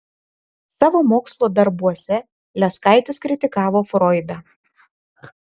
savo mokslo darbuose leskaitis kritikavo froidą